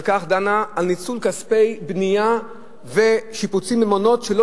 דנה על כספי בנייה ושיפוצים במעונות שלא